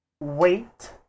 Wait